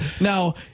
Now